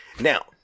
Now